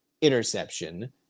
interception